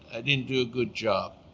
i didn't do a good job.